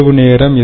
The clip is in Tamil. இரவு நேரம்